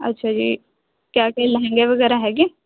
ਅੱਛਾ ਜੀ ਕੀ ਕੀ ਲਹਿੰਗੇ ਵਗੈਰਾ ਹੈ